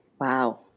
Wow